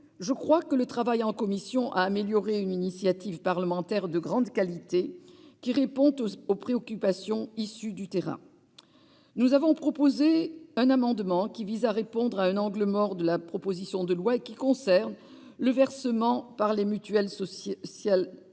je crois que le travail en commission a amélioré une initiative parlementaire de grande qualité, qui répond aux préoccupations issues du terrain. Nous avons déposé un amendement qui vise à répondre à un angle mort de la proposition de loi et qui a pour objet le versement par les mutuelles sociales